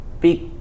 big